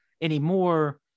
anymore